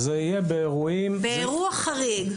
באירוע חריג.